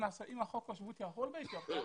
אם חוק השבות יחול באתיופיה,